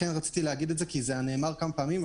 רציתי לומר זאת כי זה נאמר כמה פעמים,